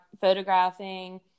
photographing